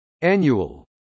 Annual